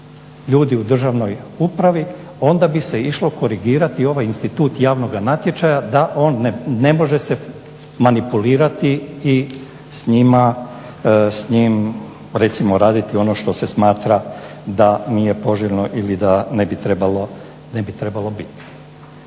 ljudi u državnoj upravi onda bi se išlo korigirati ovaj institut javnog natječaja da on ne može se manipulirati i s njim recimo raditi ono što se smatra da nije poželjno ili da ne bi trebalo biti.